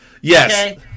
Yes